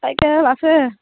cycle আছে